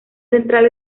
central